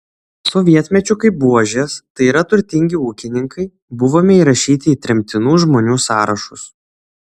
sovietmečiu kaip buožės tai yra turtingi ūkininkai buvome įrašyti į tremtinų žmonių sąrašus